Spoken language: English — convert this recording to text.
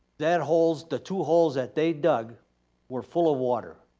that holes, the two holes that they dug were full of water.